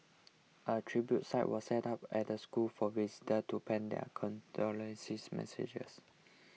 a tribute site was set up at the school for visitors to pen their condolence messages